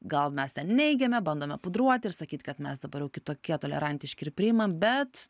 gal mes ten neigiame bandome pudruoti ir sakyt kad mes dabar jau kitokie tolerantiški ir priimam bet